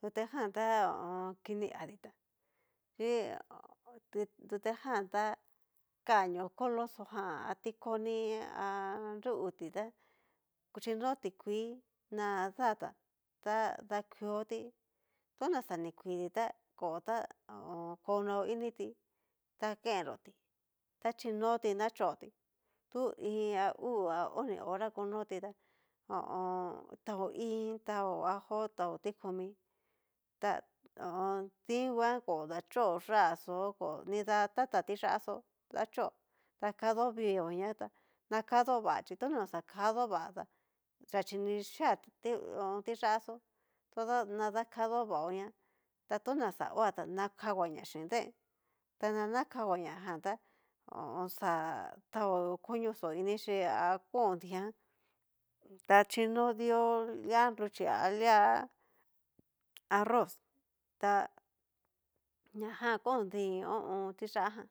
tutejan ta ho o on. kini adita, chí ti tutejan ta kanio koloxó a tikoni a nruúti tá, chinó tikuii na datá ta dakioti tona xa ni kuiti tá, kó ta ho o on. konaó initi ta kenroti ta xhinoti na choti tu iin a uu a oni hora konotí ta, ho o on. taó íin taó ajo taó tikomi ta ho o on. din nguan ko dachó yá'a xó, nida tata tiyá xó dachó dakado viióña tá, na kadó va chí tona oxa kadó va ta yachi ni xhia ti ho o on. tiyá xó toda na dakadó vaóña ta tona xa hóa tá nakaguaña xin deen, taña nakadoñajan tá ho o on. xa tao koñoxó inixhi a kon dían ta xhinó dio lia nruchí alia arroz ta ña jan kon din ho o on. tiyájan.